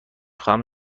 خواهم